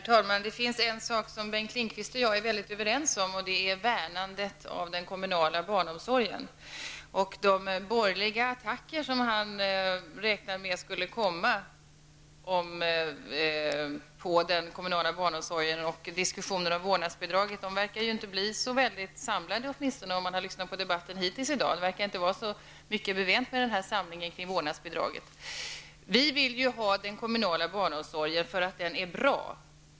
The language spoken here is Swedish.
Herr talman! En sak är Bengt Lindqvist och jag överens om, värnandet av den kommunala barnomsorgen. De borgerliga attacker som han räknade med skulle komma mot den kommunala barnomsorgen och diskussionen om vårdnadsbidragen verkar åtminstone inte bli så samlande. När man lyssnat till debatten i dag får man intrycket av att det inte verkar vara så mycket bevänt med samlingen kring vårdnadsbidraget. Vi vill ha den kommunala barnomsorgen därför att den är bra.